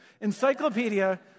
Encyclopedia